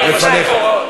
לפניך.